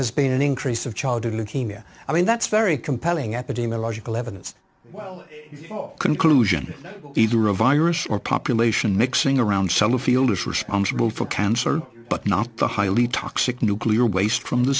has been an increase of childhood leukemia i mean that's very compelling epidemiological evidence conclusion either a virus or population mixing around sellafield is responsible for cancer but not the highly toxic nuclear waste from the